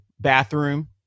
bathroom